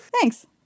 thanks